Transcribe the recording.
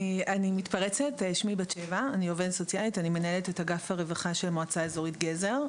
אני עובדת סוציאלית ומנהלת את אגף הרווחה של מועצה אזורית גזר.